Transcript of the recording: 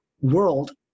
world